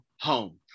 home